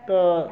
ତ